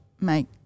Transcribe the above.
make